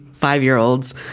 five-year-olds